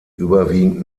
überwiegend